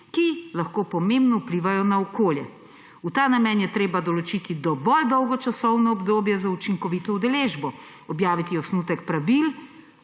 ki lahko pomembno vplivajo na okolje. V ta namen je treba določiti dovolj dolgo časovno obdobje za učinkovito udeležbo, objaviti osnutek pravil